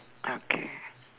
okay